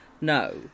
no